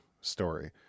story